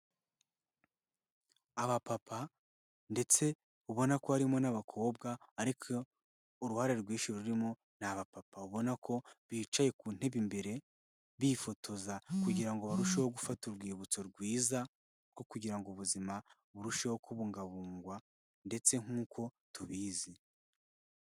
Abapapa ndetse ubona ko harimo n'abakobwa ariko uruhare rwinshi rurimo ni abapapa, ubona ko bicaye ku ntebe imbere bifotoza kugira ngo barusheho gufata urwibutso rwiza rwo kugira ngo ubuzima burusheho kubungabungwa ndetse nk'uko tubizi.